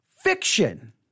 fiction